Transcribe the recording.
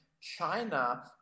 China